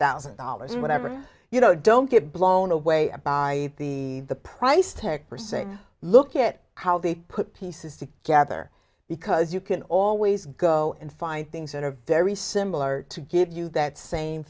thousand dollars or whatever you know don't get blown away by the the price tag for say look at how they put pieces together because you can always go and find things that are very similar to give you that same